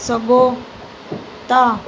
सघो था